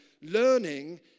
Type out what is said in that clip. Learning